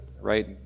right